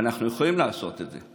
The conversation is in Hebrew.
ואנחנו יכולים לעשות את זה.